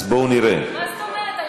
אז בואו נראה, מה זאת אומרת?